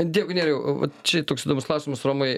dėkui nerijau vat čia toks įdomus klausimas romai